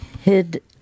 hid